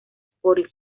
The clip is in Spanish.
spotify